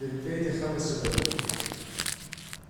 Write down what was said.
عندي في بيتي خمس شبابيك